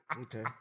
Okay